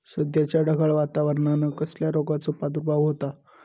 सध्याच्या ढगाळ वातावरणान कसल्या रोगाचो प्रादुर्भाव होता?